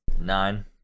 Nine